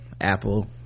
Apple